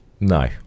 No